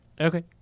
Okay